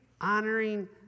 honoring